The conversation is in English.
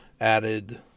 added